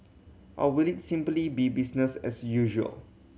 or will it simply be business as usual